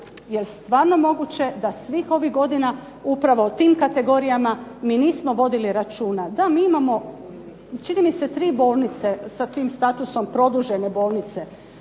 da je stvarno moguće da svih ovih godina upravo o tim kategorijama mi nismo vodili računa. Da, mi imamo, čini mi se 3 bolnice, sa tim statusom produžene bolnice.